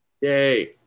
Yay